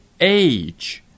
age